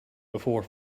before